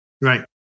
right